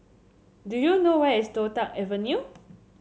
do you know where is Toh Tuck Avenue